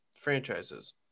franchises